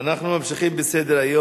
זה בסדר.